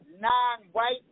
non-white